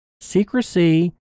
Secrecy